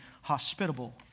hospitable